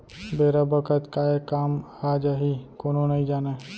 बेरा बखत काय काम आ जाही कोनो नइ जानय